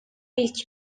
ilk